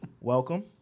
Welcome